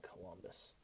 Columbus